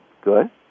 Good